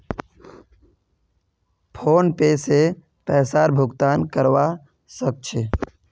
PhonePe से पैसार भुगतान करवा सकछी